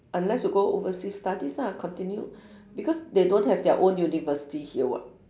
unless you go overseas studies lah continue because they don't have their own university here what